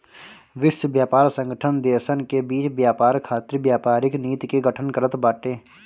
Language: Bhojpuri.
विश्व व्यापार संगठन देसन के बीच व्यापार खातिर व्यापारिक नीति के गठन करत बाटे